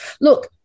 look